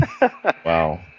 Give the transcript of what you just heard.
Wow